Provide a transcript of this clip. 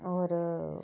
और